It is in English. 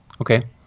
okay